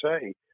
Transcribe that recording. say